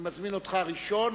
אני מזמין אותך ראשון.